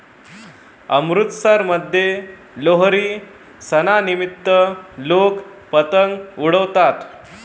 अमृतसरमध्ये लोहरी सणानिमित्त लोक पतंग उडवतात